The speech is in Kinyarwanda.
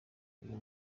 uyu